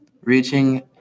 Reaching